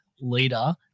leader